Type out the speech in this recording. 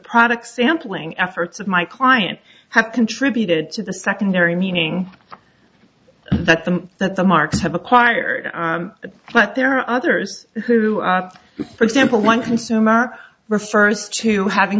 product sampling efforts of my clients have contributed to the secondary meaning that the that the marks have acquired but there are others who for example one consumer refers to having